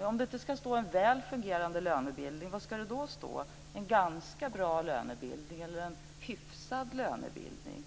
Om det inte ska stå en väl fungerande lönebildning, vad ska det då stå? Ska det stå en ganska bra lönebildning eller en hyfsad lönebildning?